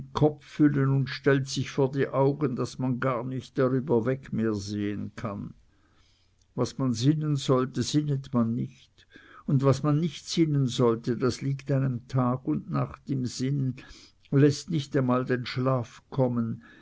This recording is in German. kopf füllen und stellt sich vor die augen daß man gar nicht darüber weg mehr sehen kann was man sinnen sollte sinnet man nicht und was man nicht sinnen sollte das liegt einem tag und nacht im sinn läßt nicht einmal den schlaf kommen